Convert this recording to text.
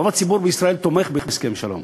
רוב הציבור בישראל תומך בהסכם שלום.